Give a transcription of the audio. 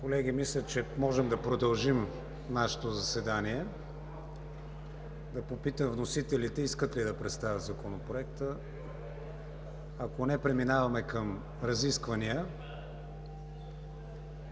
Колеги, мисля, че можем да продължим нашето заседание. Да попитам вносителите искат ли да представят законопроекта? Ако не, преминаваме към разисквания.